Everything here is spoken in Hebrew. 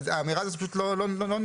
האמירה זאת פשוט לא נכונה.